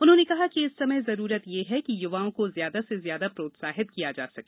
उन्होंने कहा कि इस समय जरूरत यह है कि युवाओं को ज्यादा से ज्यादा प्रोत्साहित किया जा सके